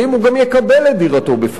הוא גם יקבל את דירתו בפועל.